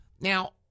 now